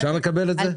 אפשר לקבל את זה?